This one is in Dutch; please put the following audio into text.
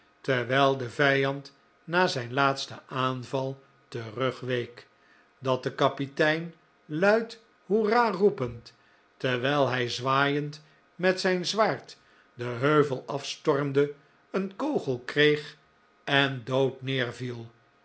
terwijl de vijand na zijn laatsten aanval terugweek dat de kapitein luid hoera roepend terwijl hij zwaaiend met zijn zwaard den heuvel afstormde een kogel kreeg en dood